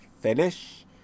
finish